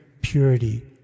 purity